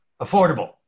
affordable